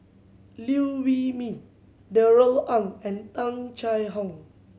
Liew Wee Mee Darrell Ang and Tung Chye Hong